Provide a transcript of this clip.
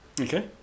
Okay